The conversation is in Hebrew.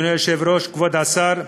אדוני היושב-ראש, כבוד השר,